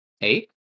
Eight